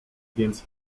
więc